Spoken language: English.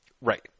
Right